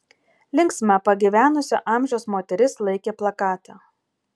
linksma pagyvenusio amžiaus moteris laikė plakatą